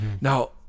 Now